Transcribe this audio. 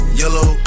yellow